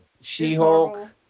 She-Hulk